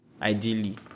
Ideally